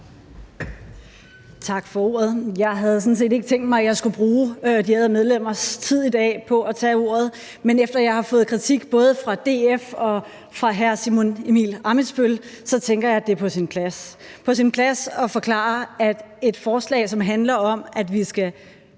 Tak for ordet. Jeg havde sådan set ikke tænkt mig, at jeg skulle bruge de ærede medlemmers tid i dag på at tage ordet, men efter at jeg har fået kritik fra både DF og fra hr. Simon Emil Ammitzbøll-Bille, så tænker jeg, at det er på sin plads – på sin plads at forklare, at et forslag, som handler om, at vi skal